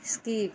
skip